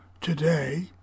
today